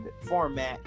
format